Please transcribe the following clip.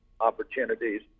opportunities